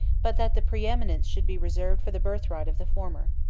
but that the preeminence should be reserved for the birthright of the former.